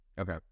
okay